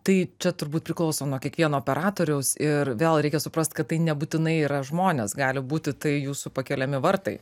tai čia turbūt priklauso nuo kiekvieno operatoriaus ir vėl reikia suprast kad tai nebūtinai yra žmonės gali būti tai jūsų pakeliami vartai